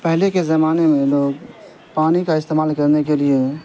پہلے کے زمانے میں لوگ پانی کا استعمال کرنے کے لیے